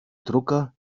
drucker